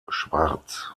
schwarz